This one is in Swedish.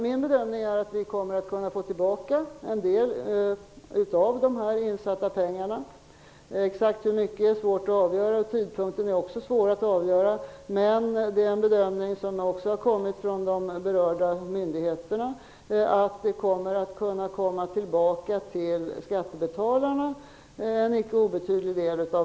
Min bedömning är att vi kommer att kunna få tillbaka en del av dessa insatta pengar. Exakt hur mycket är svårt att avgöra, och tidpunkten är också svår att avgöra. Men det är en bedömning som också har kommit från de berörda myndigheterna, att det till skattebetalarna kan komma tillbaka en icke obetydlig del.